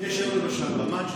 סליחה שאני קוטע אותך.